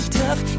tough